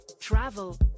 travel